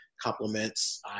compliments